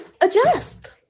adjust